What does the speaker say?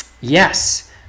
Yes